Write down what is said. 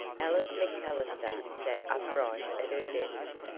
alice macallister sat upright at her desk.